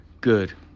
good